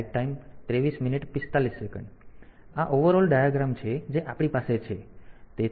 આ એકંદર રેખાકૃતિ છે જે આપણી પાસે છે